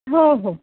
हो हो